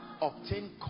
Obtain